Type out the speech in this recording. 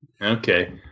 Okay